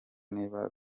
niba